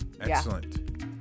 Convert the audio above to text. Excellent